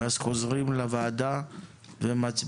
אחרי זה נחזור לוועדה ונצביע.